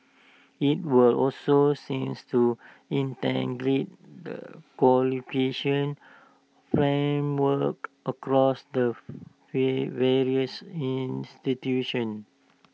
IT will also seeks to integrate the qualification frameworks across the way various institutions